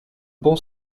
bon